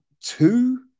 two